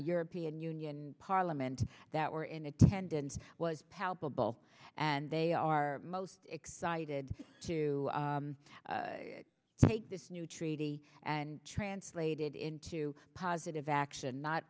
european union parliament that were in attendance was palpable and they are most excited to take this new treaty and translated into positive action not